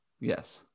Yes